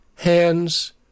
Hands